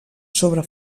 sobre